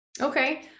Okay